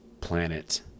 planet